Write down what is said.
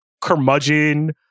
curmudgeon